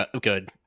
good